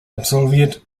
absolviert